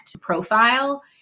profile